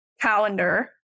calendar